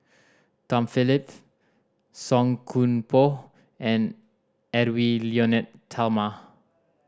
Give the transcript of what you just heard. Tom Phillips Song Koon Poh and Edwy Lyonet Talma